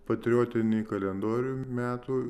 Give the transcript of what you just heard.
patriotiniai kalendorinių metų